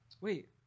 Wait